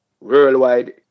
worldwide